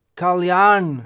kalyan